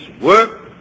work